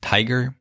Tiger